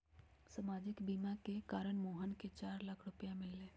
सामाजिक बीमा के कारण मोहन के चार लाख रूपए मिल लय